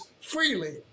freely